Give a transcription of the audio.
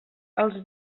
els